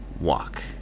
walk